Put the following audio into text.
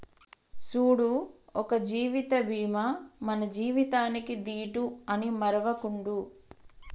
సూడు ఒక జీవిత బీమా మన జీవితానికీ దీటు అని మరువకుండు